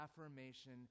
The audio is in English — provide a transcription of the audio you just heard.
affirmation